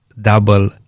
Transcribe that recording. double